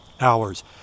hours